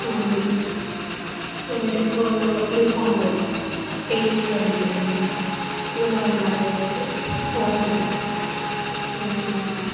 அப்புறமேட்டுக்கு குளிர்பானங்கள் டேஸ்ட்டியாக எப்படி செய்யணும் இதை மாதிரிலா நிறையா இருக்கு அதெலாம் சொல்வாங்க